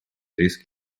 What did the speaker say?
риск